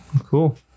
cool